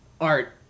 art